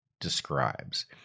describes